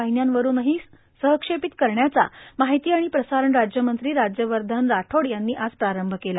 वाहिन्यांवरुनही सहक्षेपित करण्याचा माहिती आणि प्रसारण राज्यमंत्री राज्यवर्धन राठोड यांनी आज प्रारंभ केला